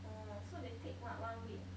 oh so they take [what] one week ah